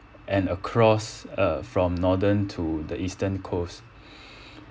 and across uh from northern to the eastern coast